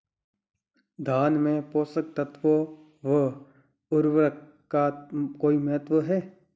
धान में पोषक तत्वों व उर्वरक का कोई महत्व है?